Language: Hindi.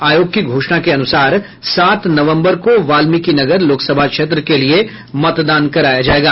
आयोग की घोषणा के अनुसार सात नवम्बर को वाल्मीकिनगर लोकसभा क्षेत्र के लिए मतदान कराया जायेगा